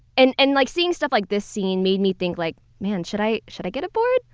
and, and like, seeing stuff like this scene made me think like, man, should i should i get board?